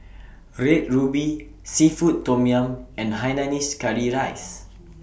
Red Ruby Seafood Tom Yum and Hainanese Curry Rice